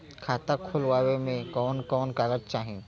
खाता खोलवावे में कवन कवन कागज चाही?